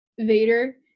Vader